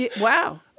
Wow